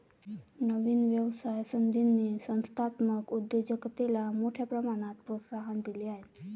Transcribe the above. नवीन व्यवसाय संधींनी संस्थात्मक उद्योजकतेला मोठ्या प्रमाणात प्रोत्साहन दिले आहे